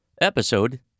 Episode